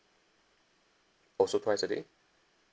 also twice a day